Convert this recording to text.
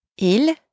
Il